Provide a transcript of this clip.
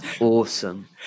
awesome